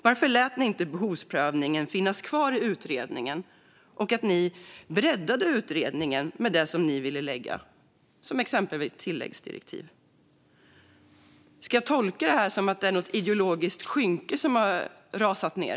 Varför lät inte regeringen behovsprövningen finnas kvar i utredningen? Ni breddade den med det ni ville lägga till, genom till exempel tilläggsdirektiv. Ska jag tolka det här som att något ideologiskt skynke har rasat ned?